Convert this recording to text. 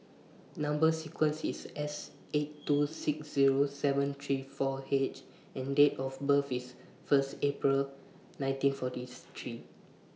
Number sequence IS S eight two six Zero seven three four H and Date of birth IS First April nineteen forty three